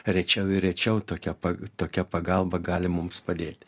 rečiau ir rečiau tokia pa tokia pagalba gali mums padėti